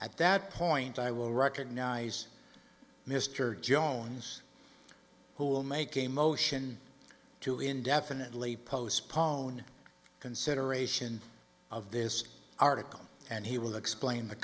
at that point i will recognize mr jones who will make a motion to indefinitely postpone consideration of this article and he will explain the